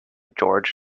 george